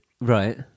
Right